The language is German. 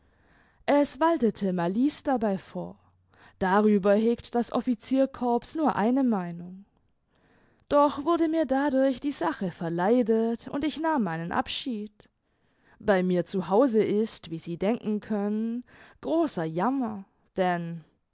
es waltete malice dabei vor darüber hegt das officiercorps nur eine meinung doch wurde mir dadurch die sache verleidet und ich nahm meinen abschied bei mir zu hause ist wie sie denken können großer jammer denn